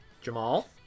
Jamal